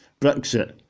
Brexit